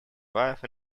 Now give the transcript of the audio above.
wife